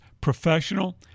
professional